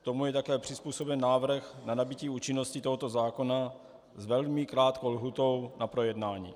Tomu je také přizpůsoben návrh na nabytí účinnosti tohoto zákona s velmi krátkou lhůtou na projednání.